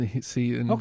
See